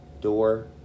door